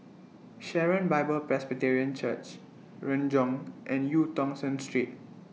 Sharon Bible Presbyterian Church Renjong and EU Tong Sen Street